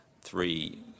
Three